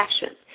passion